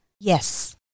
Yes